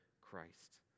Christ